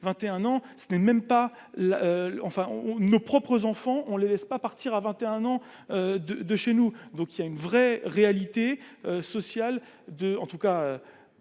21 ans, ce n'est même pas là, enfin on nos propres enfants, on les laisse pas partir à 21 ans de de chez nous, donc il y a une vraie réalité sociale de en tout cas